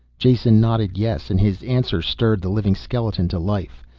jason nodded yes, and his answer stirred the living skeleton to life.